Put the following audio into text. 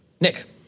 Nick